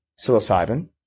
psilocybin